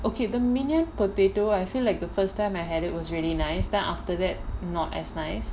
okay the minion potato I feel like the first time I had it was really nice then after that not as nice